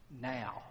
Now